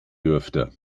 dürfte